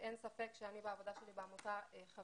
ואין ספק שבמסגרת העבודה שלי בעמותה חוויתי